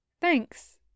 Thanks